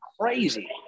crazy